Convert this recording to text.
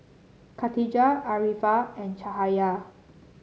Katijah Arifa and Cahaya